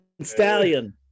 stallion